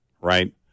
right